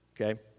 okay